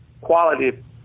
quality